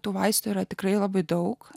tų vaistų yra tikrai labai daug